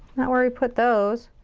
not where we put those.